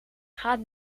gaat